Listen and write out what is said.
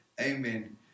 Amen